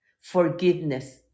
Forgiveness